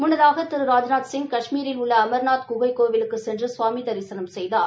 முன்னதாக திரு ராஜ்நாத்சிய் கஷ்மீரில் உள்ள அம்நாத் குகைக் கோவிலுக்குச் சென்று சாமி தரிசனம் செய்தார்